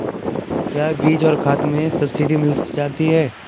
क्या बीज और खाद में सब्सिडी मिल जाती है?